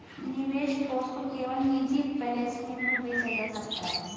निवेश कोष को केवल निजी प्लेसमेंट में बेचा जा सकता है